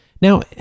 Now